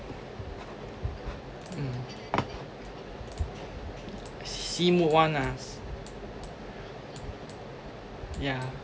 mm see mood [one] ah yeah